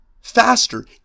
faster